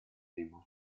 demo